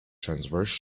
transverse